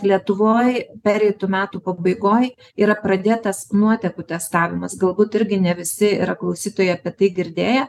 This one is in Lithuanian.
lietuvoj pereitų metų pabaigoj yra pradėtas nuotekų testavimas galbūt irgi ne visi yra klausytojai apie tai girdėję